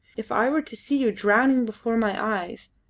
if i were to see you drowning before my eyes,